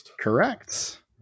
Correct